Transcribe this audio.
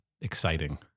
exciting